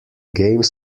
game